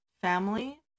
family